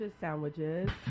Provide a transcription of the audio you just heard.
sandwiches